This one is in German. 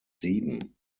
sieben